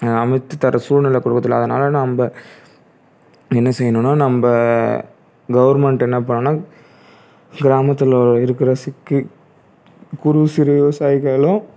அமைத்துத் தர சூழ்நிலை கொடுக்கறது இல்லை அதனால் நம்ப என்ன செய்யணும்னால் நம்ப கவர்மெண்ட் என்ன பண்ணனும்னால் கிராமத்தில் இருக்கிற சிக்கி குறு சிறு விவசாயிகளும்